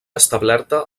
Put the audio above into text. establerta